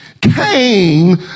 came